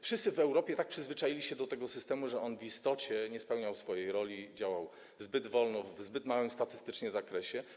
Wszyscy w Europie tak przyzwyczaili się do tego systemu, że on w istocie nie spełniał swojej roli, działał zbyt wolno, w zbyt małym statystycznie zakresie.